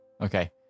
Okay